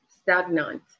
stagnant